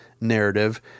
narrative